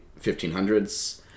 1500s